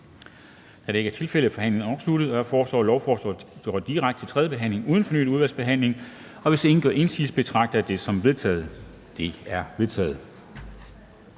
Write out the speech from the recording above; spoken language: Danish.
Da det ikke er tilfældet, er forhandlingen afsluttet. Jeg foreslår, at lovforslaget går direkte til tredje behandling uden fornyet udvalgsbehandling. Hvis ingen gør indsigelse, betragter jeg det som vedtaget. Det er vedtaget.